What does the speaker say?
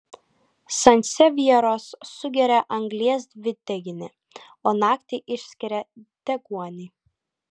sansevjeros sugeria anglies dvideginį o naktį išskiria deguonį